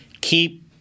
keep